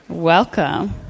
welcome